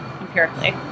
empirically